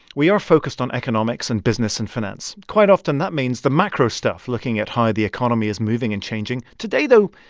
we are focused on economics and business and finance. quite often that means the macro stuff, looking at how the economy is moving and changing. today, though,